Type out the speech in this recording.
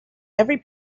every